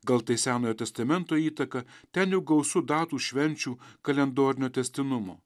gal tai senojo testamento įtaka ten juk gausu datų švenčių kalendorinio tęstinumo